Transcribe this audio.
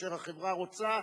כאשר החברה רוצה,